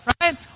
Right